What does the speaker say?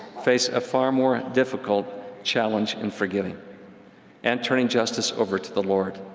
face a far more difficult challenge in forgiving and turning justice over to the lord.